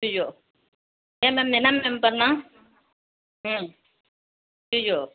ஐயய்யோ ஏன் மேம் என்ன மேம் பண்ணிணான் ம் ஐயய்யோ